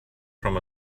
from